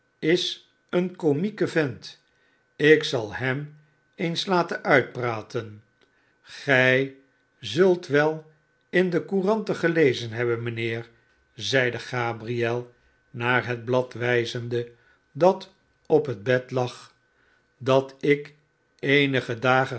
is een komieke vent ik zal hem eens laten uitpraten gij zult wel in de couranten gelezen hebben mijnheer zeide gabriel naar het blad wijzende dat op het bed lag dat ik eenige dagen